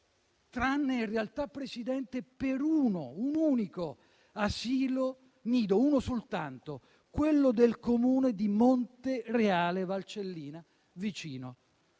Tranne in realtà per un unico asilo nido, uno soltanto, quello del Comune di Montereale Valcellina, vicino